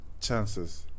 chances